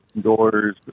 doors